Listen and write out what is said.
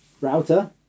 Router